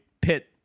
pit